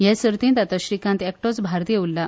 हे सर्तीत आतां श्रीकांत एकटोच भारतीय उरला